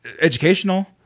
educational